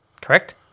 Correct